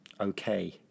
Okay